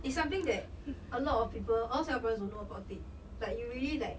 it's something that a lot of people a lot singaporeans don't know about it like you really like